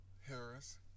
Harris